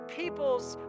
people's